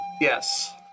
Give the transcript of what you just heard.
Yes